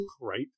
right